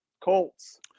Colts